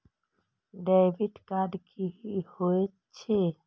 Debit card की होय छेय?